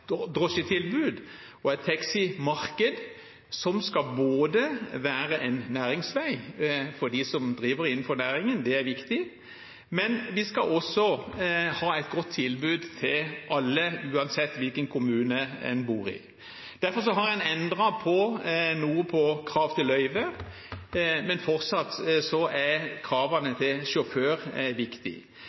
drosjetilbud og et taximarked som skal være en næringsvei for dem som driver innenfor næringen, det er viktig, men vi skal også ha et godt tilbud til alle, uansett hvilken kommune en bor i. Derfor har vi endret noe på kravet til løyve. Men fortsatt er kravene til sjåfør viktig.